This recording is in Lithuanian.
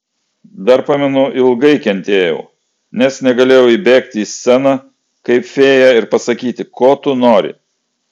dar pamenu ilgai kentėjau nes negalėjau įbėgti į sceną kaip fėja ir pasakyti ko tu nori